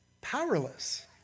powerless